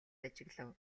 ажиглав